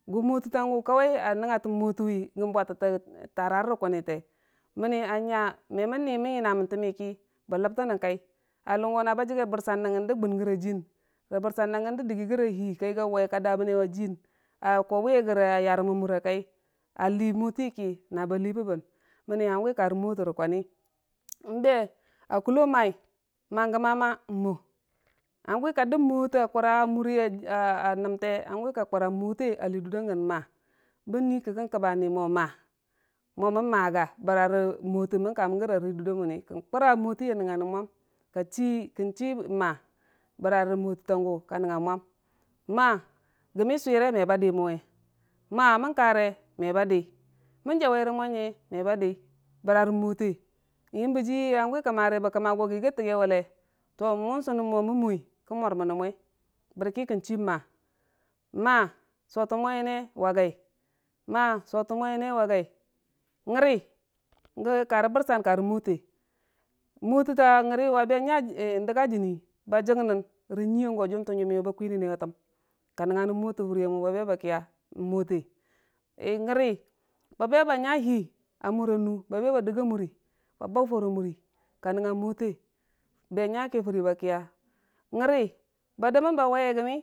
Gu mwatəntangu a nəngngatən mwotəwi gən bwatətə tarare, nən kunnite, mənni a nya me mən nit mən yənna mən təmmi ki ba, ləbtənnən kai, a luna go na ba jigye bɨrsan də gu gəre a jiyenki, rə bɨrsan da gən də digi gəre hiiyən ayəgi awai kəka damənne rə gə ajiyən a kauwe bwi gəre a yorəm a mora kai, a lii mwotihi ki na ba lii bəbbən, mənni hanguwi ka rə mwote rə kwani n'be a kullo, maai gəma n'mwo, hanguwi ka bəb mwote a kura, a mura namte hangu ka kura mwote a lii durda giyən maa, bən nui kəkən kəba nii mo maa, mo mən maaga bəra rə mwote mən kamən rəge a rii durda menni, kən kura mwoti a nəngnganən mwam ka chii kən chii nəmaa bəra rə mwotəntagu ka nəngnga mwam, maa gəmi swire me ba dimənwe, maa mən kare mebadi, mən jauwe re mo nyə meba dii, bəra rə mwote n'yəmbe ji hangu kəmmari, bə kəmma go gə yiggi gə təgewale mun sunnən mo mən mwoi, kən mwarmən nən mwe, bərki kənchi maa, maa n'sotən mo yənne wa gai, maa sotən mo yənne wa gai, gəri karə bɨrsan karə mwote, mwo təta gyəriyu a be nya n'diya jiini ba jignən nən nyuiyangu a juntən jummiyu we ba kwinən na təm, ka nəngnganən mwote Faramu ba be ba kiya, mwote gyən babe ba nya hii a mura nuu, ba digi a muri ba bau Far a muri, ka nəngnga mwote be nya ki Furi ba kiya gyəri ba dimən ba waye gəmi a jərmənne kwai.